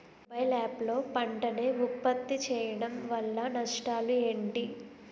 Mobile app లో పంట నే ఉప్పత్తి చేయడం వల్ల నష్టాలు ఏంటి?